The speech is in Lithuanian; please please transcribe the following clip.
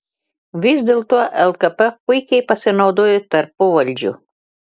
vis dėlto lkp puikiai pasinaudojo tarpuvaldžiu